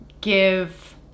give